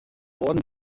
orden